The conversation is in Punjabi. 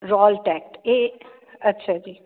ਰੋਲ ਐਕਟ ਇਹ ਅੱਛਾ ਜੀ